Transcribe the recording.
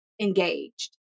engaged